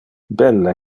belle